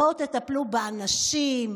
בואו תטפלו באנשים,